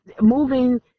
moving